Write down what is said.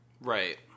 Right